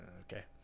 Okay